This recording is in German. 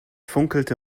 funkelte